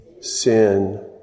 sin